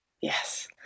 Yes